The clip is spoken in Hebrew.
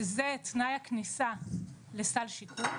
שזה תנאי הכניסה לסל שיקום,